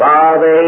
Father